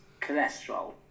cholesterol